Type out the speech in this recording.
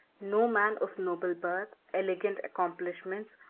no man of noble birth, elegant accomplishments,